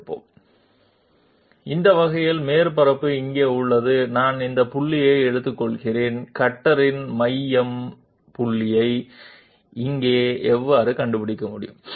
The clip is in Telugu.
మనకు ఇక్కడ ఈ రకమైన సర్ఫేస్ ఉంది మేము ఈ పాయింట్ని తీసుకుంటాము ఇక్కడ కట్టర్ యొక్క కేంద్ర బిందువును మేము ఎలా కనుగొనగలము